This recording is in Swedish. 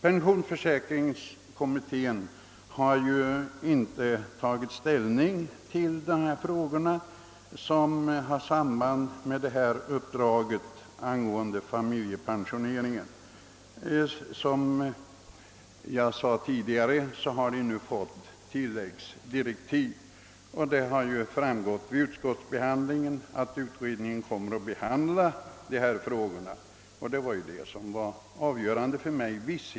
Pensionsförsäkringskommittén = har inte tagit ställning till problemet i samband med sitt uppdrag angående familjepensioneringen, men såsom jag sade tidigare har kommittén nu fått tillläggsdirektiv. Vid utskottsbehandlingen har också framgått att utredningen kommer att behandla saken, och det är vissheten därom som varit avgörande för mig.